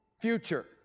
future